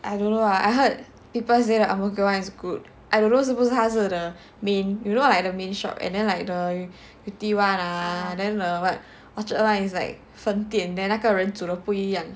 I don't know I heard people say the ang mo kio [one] is good I don't know 是不是他是 the main you know like the main shop and then like the yew tee [one] ah then the what orchard [one] is like 分店 then 那个人煮了不一样